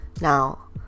Now